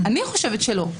אני חושבת שלא.